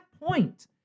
point